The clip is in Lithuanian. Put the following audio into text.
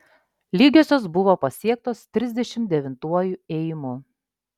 lygiosios buvo pasiektos trisdešimt devintuoju ėjimu